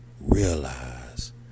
Realize